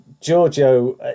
Giorgio